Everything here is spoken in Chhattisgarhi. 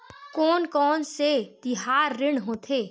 कोन कौन से तिहार ऋण होथे?